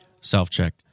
Self-check